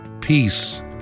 Peace